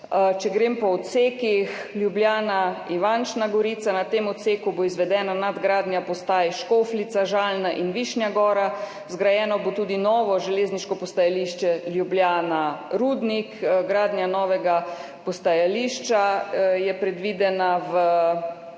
Če grem po odsekih. Ljubljana–Ivančna Gorica, na tem odseku bo izvedena nadgradnja postaj Škofljica, Žalna in Višnja Gora. Zgrajeno bo tudi novo železniško postajališče Ljubljana Rudnik. Gradnja novega postajališča je predvidena v